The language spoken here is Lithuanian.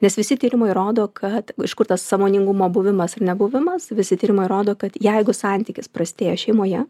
nes visi tyrimai rodo kad iš kur tas sąmoningumo buvimas ar nebuvimas visi tyrimai rodo kad jeigu santykis prastėja šeimoje